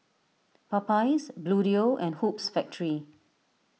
Popeyes Bluedio and Hoops Factory